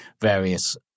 various